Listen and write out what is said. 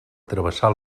travessar